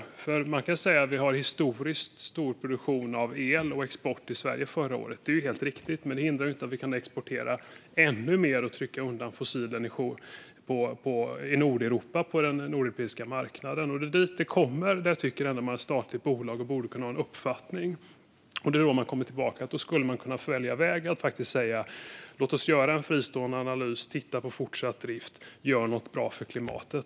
Det är nämligen helt riktigt att vi i Sverige under förra året hade en historiskt stor produktion och export av el, men det hindrar ju inte att vi skulle kunna exportera ännu mer och trycka undan fossil energi på den nordeuropeiska marknaden. Det är där man landar, och jag tycker ändå att ett statligt bolag borde kunna ha en uppfattning. Det är då det kommer tillbaka till att man skulle kunna välja väg och faktiskt säga: Låt oss göra en fristående analys, titta på fortsatt drift och göra något bra för klimatet.